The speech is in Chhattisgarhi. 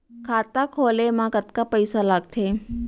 खाता खोले मा कतका पइसा लागथे?